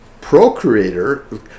procreator